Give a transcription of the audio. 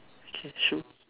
okay shoe